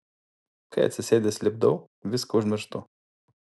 kai atsisėdęs lipdau viską užmirštu